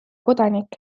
kodanik